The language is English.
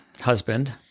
husband